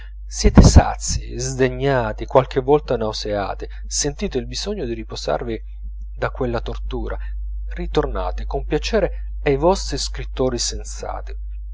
siete sazii sdegnati qualche volta nauseati sentite il bisogno di riposarvi da quella tortura ritornate con piacere ai vostri scrittori